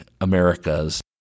Americas